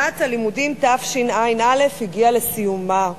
שנת הלימודים תשע"א הגיעה לסיומה היום.